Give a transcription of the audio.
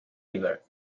river